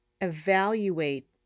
evaluate